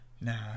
nah